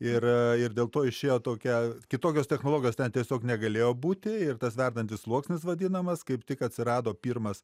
ir ir dėl to išėjo tokia kitokios technologijos ten tiesiog negalėjo būti ir tas verdantis sluoksnis vadinamas kaip tik atsirado pirmas